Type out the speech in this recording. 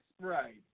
right